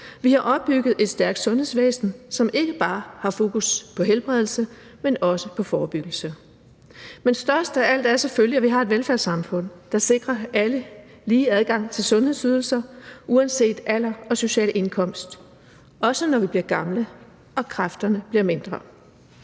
Vi har opbygget et stærkt sundhedsvæsen, som ikke bare har fokus på helbredelse, men også på forebyggelse. Men størst af alt er selvfølgelig, at vi har et velfærdssamfund, der sikrer alle lige adgang til sundhedsydelser uanset alder og social indkomst, også når vi bliver gamle og kræfterne bliver mindre.